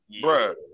bro